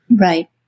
Right